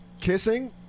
kissing